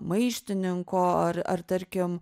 maištininko ar ar tarkim